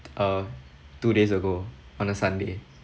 uh two days ago on a sunday